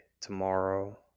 tomorrow